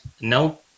No